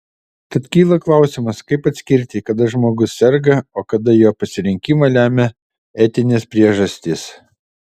tad kyla klausimas kaip atskirti kada žmogus serga o kada jo pasirinkimą lemia etinės priežastys